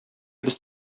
без